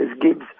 Gibbs